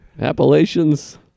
Appalachians